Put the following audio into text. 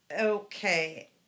okay